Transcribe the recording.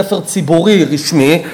בית-ספר ציבורי רשמי,